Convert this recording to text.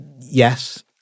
yes